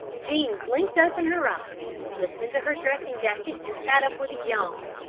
jean blinked open her eyes, slipped into her dressing jacket and sat up with a yawn.